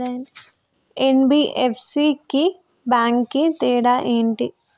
NBFC కి bank కి తేడా ఏంటి?